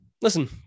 Listen